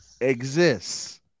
exists